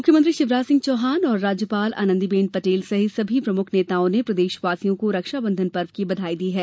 मुख्यमंत्री शिवराज सिंह चौहान एवं राज्यपाल आनंदी बेन पटेल सहित सभी प्रमुख नेताओं ने प्रदेश वासियों को रक्षाबंधन की बधाई दी है